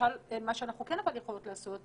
למשל מה שאנחנו כן יכולות לעשות,